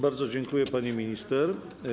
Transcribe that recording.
Bardzo dziękuję, pani minister.